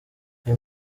uyu